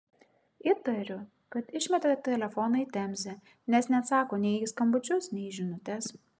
įtariu kad išmetė telefoną į temzę nes neatsako nei į skambučius nei į žinutes